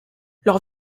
leurs